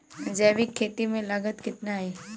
जैविक खेती में लागत कितना आई?